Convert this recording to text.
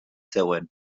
zegoen